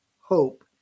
hope